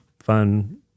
fun